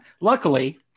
luckily